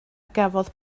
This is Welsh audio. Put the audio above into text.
gafodd